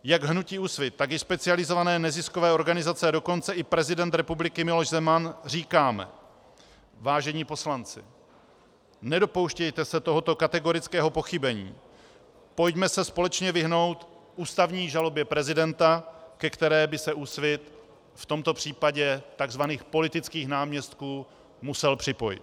Jak hnutí Úsvit, tak i specializované neziskové organizace, a dokonce i prezident republiky Miloš Zeman říkáme: Vážení poslanci, nedopouštějte se tohoto kategorického pochybení, pojďme se společně vyhnout ústavní žalobě prezidenta, ke které by se Úsvit v tomto případě tzv. politických náměstků musel připojit.